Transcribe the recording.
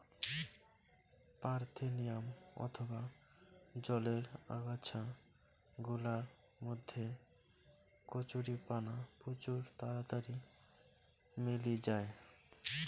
parthenium অথবা জলের আগাছা গুলার মধ্যে কচুরিপানা প্রচুর তাড়াতাড়ি মেলি জায়